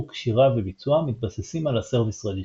קשירה וביצוע המתבססים על ה Service Registry.